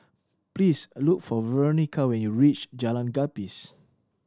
please look for Veronica when you reach Jalan Gapis